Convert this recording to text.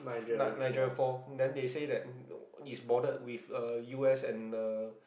Niagara-Fall then they say that it's bordered with uh u_s and the